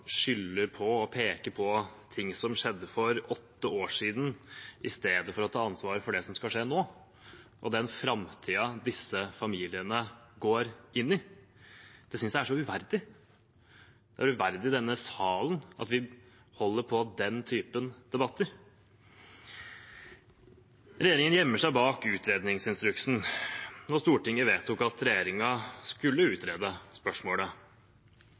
skylder på og peker på det som skjedde for åtte år siden, i stedet for å ta ansvaret for det som skal skje nå, og den framtiden disse familiene går inn i. Jeg synes det er uverdig. Det er uverdig at vi i denne salen holder på med den typen debatter. Regjeringen gjemte seg bak utredningsinstruksen da Stortinget vedtok at regjeringen skulle utrede spørsmålet,